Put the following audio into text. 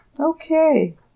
Okay